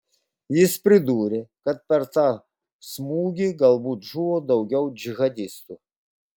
jis pridūrė kad per tą smūgį galbūt žuvo daugiau džihadistų